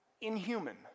inhuman